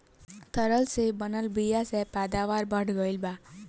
तरह से बनल बीया से पैदावार बढ़ गईल बा